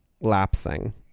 Lapsing